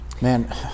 Man